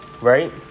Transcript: right